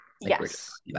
Yes